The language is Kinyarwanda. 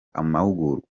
amahugurwa